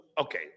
Okay